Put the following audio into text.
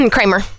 Kramer